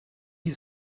you